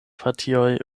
partioj